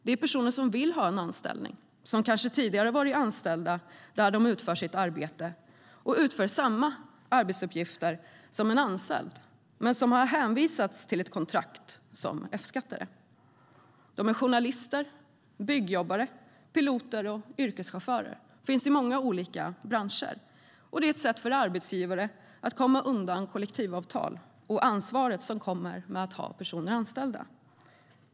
Det är personer som vill ha en anställning, som kanske tidigare har varit anställda där de utför sitt arbete och som utför samma arbetsuppgifter som en anställd men som har hänvisats till ett kontrakt som F-skattare. De är journalister, byggjobbare, piloter och yrkeschaufförer. Det finns i många olika branscher. Det är ett sätt för arbetsgivare att komma undan kollektivavtal och ansvaret som kommer med att ha personer anställda.